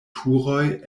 turoj